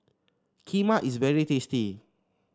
kheema is very tasty